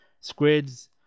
squids